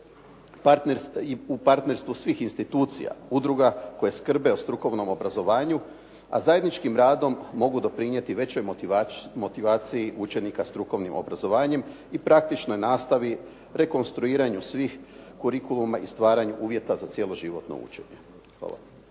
u partnerstvu svih institucija, udruga koje skrbe o strukovnom obrazovanju, a zajedničkim radom mogu doprinijeti većoj motivaciji učenika strukovnih obrazovanja i praktičnoj nastavi, rekonstruiranju svih kurikuluma i stvaranja uvjeta za cjeloživotno učenje. Hvala.